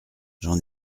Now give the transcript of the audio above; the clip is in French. j’en